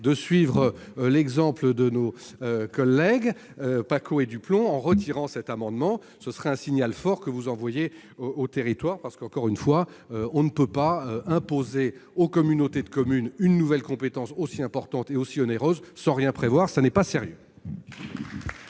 de suivre l'exemple de nos collègues Paccaud et Duplomb en retirant votre amendement ; vous enverriez alors un signal fort aux territoires. Encore une fois, on ne peut pas imposer aux communautés de communes une nouvelle compétence aussi importante et aussi onéreuse sans rien prévoir. Ce n'est pas sérieux